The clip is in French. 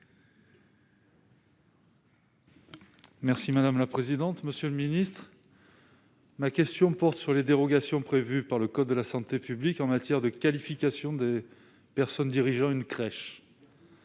et de la santé. Monsieur le secrétaire d'État, ma question porte sur les dérogations prévues par le code de la santé publique en matière de qualification des personnes dirigeant une crèche.